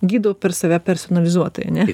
gydau per save personalizuotai ane